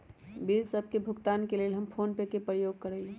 bill सभ के भुगतान के लेल हम फोनपे के प्रयोग करइले